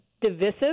divisive